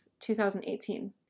2018